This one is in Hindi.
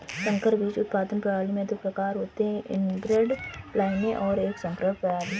संकर बीज उत्पादन प्रणाली में दो प्रकार होते है इनब्रेड लाइनें और एक संकरण प्रणाली